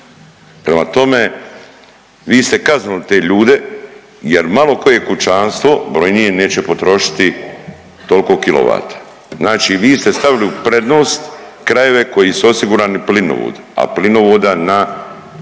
Prema tome, vi ste kaznili te ljude jer malo koje kućanstvo brojnije neće potrošiti tolko kWh, znači vi ste stavili u prednost krajeve koji su osigurani plinovod, a plinovoda na